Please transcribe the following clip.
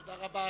תודה רבה,